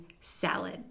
salad